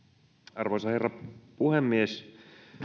arvoisa herra puhemies kun